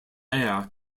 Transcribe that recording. air